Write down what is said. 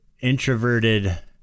introverted